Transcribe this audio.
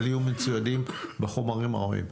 אבל יהיו מצוידים בחומרים הראויים.